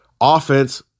Offense